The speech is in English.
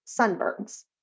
sunburns